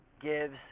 gives